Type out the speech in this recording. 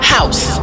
House